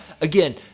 again